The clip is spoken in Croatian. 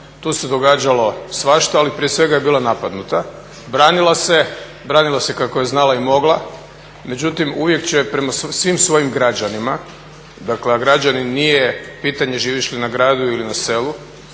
tu se događalo svašta ali prije svega je bila napadnuta, branila se, branila se kako je znala i mogla. Međutim uvijek će prema svim svojim građanima, dakle a građanin nije pitanje živiš li u gradu ili na selu